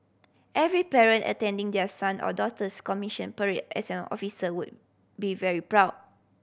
every parent attending their son or daughter's commission parade as an officer would be very proud